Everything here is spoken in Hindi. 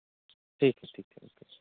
ठीक है ठीक है बिल्कुल